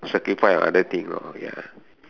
sacrifice on other thing lor ya